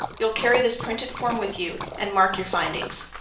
you'll carry this printed form with you and mark your findings.